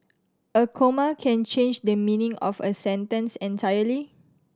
a comma can change the meaning of a sentence entirely